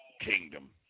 kingdom